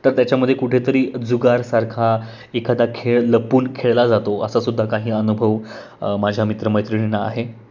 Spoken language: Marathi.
तर त्याच्यामध्ये कुठेतरी जुगारासारखा एखादा खेळ लपून खेळला जातो असा सुद्धा काही अनुभव माझ्या मित्रमैत्रिणींना आहे